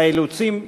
האילוצים,